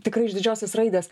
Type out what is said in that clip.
tikrai iš didžiosios raidės